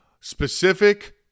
specific